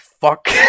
fuck